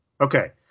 Okay